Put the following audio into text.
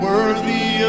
Worthy